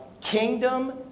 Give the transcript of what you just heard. kingdom